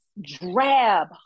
drab